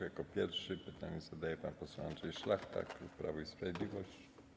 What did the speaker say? Jako pierwszy pytanie zadaje pan poseł Andrzej Szlachta, klub Prawo i Sprawiedliwość.